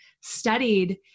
studied